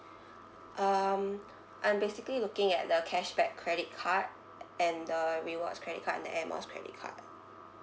um I'm basically looking at the cashback credit card and the rewards credit card and the air miles credit card